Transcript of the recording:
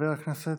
חבר הכנסת,